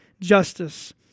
justice